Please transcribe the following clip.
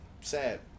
Sad